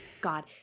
god